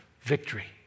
victory